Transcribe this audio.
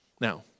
Now